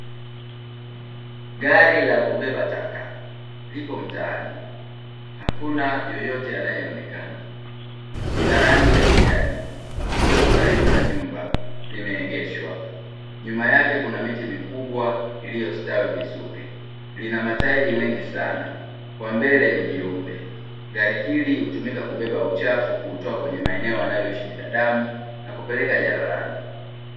Gari la kubeba taka lipo mtaani. Hakuna yoyote anayeonekana. Lina rangi ya kijani, lipo karibu na nyumba limeegeshwa. Nyuma yake kuna miti mikubwa iliyositawi vizuri. Lina matairi mengi sana, kwa mbele ni jeupe. Gari hili hutumika kubeba uchafu, kuutoa kwenye maeneo anayoishi binadamu na kupeleka jalalani.